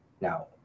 Now